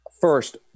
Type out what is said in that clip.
First